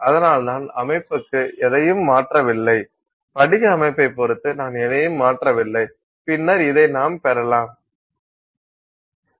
அதனால் நான் அமைப்புக்கு எதையும் மாற்றவில்லை படிக அமைப்பைப் பொறுத்து நான் எதையும் மாற்றவில்லை பின்னர் இதை நாம் பெறலாம்